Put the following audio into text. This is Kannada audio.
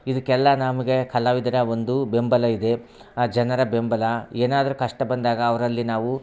ಇದಕ್ಕೆಲ್ಲ ನಮಗೆ ಕಲಾವಿದರ ಒಂದು ಬೆಂಬಲ ಇದೆ ಆ ಜನರ ಬೆಂಬಲ ಏನಾದರು ಕಷ್ಟ ಬಂದಾಗ ಅವರಲ್ಲಿ ನಾವು